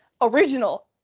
original